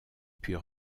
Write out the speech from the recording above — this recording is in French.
puis